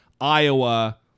Iowa